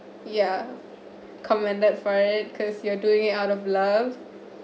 ya commended for it cause you are doing it out of love